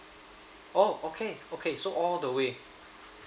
oh okay okay so all the way